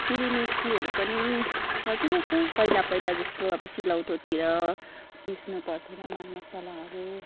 फेरि मिक्सीहरू पनि सजिलो छ पहिला पहिला जस्तो अब सिलौटोतिर पिस्नु पर्थेन मरमसालाहरू